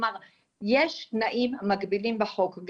כלומר ישנם תנאים מגבילים בחוק.